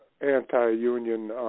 anti-union